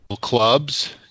clubs